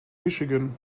michigan